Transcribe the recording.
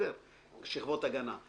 שכבות הגנה.